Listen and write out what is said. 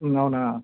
అవునా